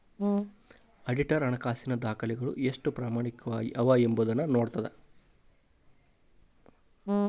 auditor ಹಣಕಾಸಿನ ದಾಖಲೆಗಳು ಎಷ್ಟು ಪ್ರಾಮಾಣಿಕವಾಗಿ ಅವ ಎಂಬೊದನ್ನ ನೋಡ್ತದ